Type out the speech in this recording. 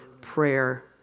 prayer